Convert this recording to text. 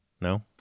No